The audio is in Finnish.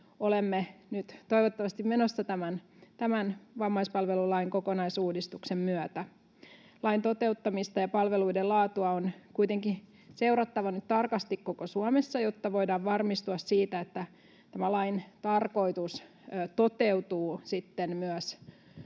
olemme nyt toivottavasti menossa tämän vammaispalvelulain kokonaisuudistuksen myötä. Lain toteuttamista ja palveluiden laatua on kuitenkin seurattava nyt tarkasti koko Suomessa, jotta voidaan varmistua siitä, että tämän lain tarkoitus toteutuu